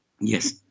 Yes